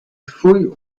fouilles